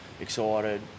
excited